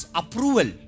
approval